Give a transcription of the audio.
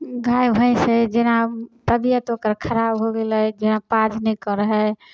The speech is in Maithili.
गाय भैंस है जेना तबियत ओकर खराब हो गेलै जेना पाउज नहि करै है